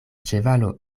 ĉevalo